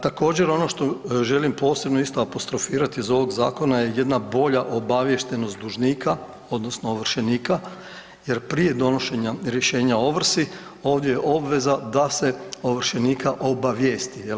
Također ono što želim posebno isto apostrofirat iz ovog zakona je jedna bolja obaviještenost dužnika odnosno ovršenika jer prije donošenja rješenja o ovrsi ovdje je obveza da se ovršenika obavijesti jel.